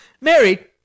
mary